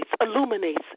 illuminates